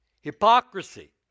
Hypocrisy